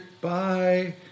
bye